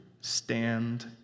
stand